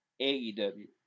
AEW